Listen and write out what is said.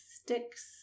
sticks